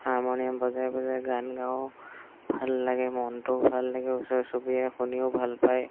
harmonium বজাই বজাই গান গাওঁ ভাল লাগে মনটোও ভাল লাগে ওচৰ চুবুৰীয়াই শুনিও ভাল পায়